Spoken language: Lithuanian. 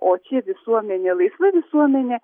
o čia visuomenė laisva visuomenė